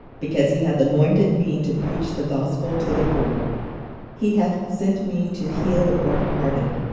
because he hath anointed me to preach the gospel to the poor he hath sent me to heal the broken-hearted,